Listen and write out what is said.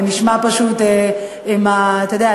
אתה יודע,